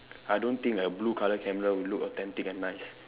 I don't think a blue colour camera will look authentic and nice